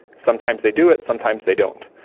sometimes they do it, sometimes they don't,